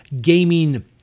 gaming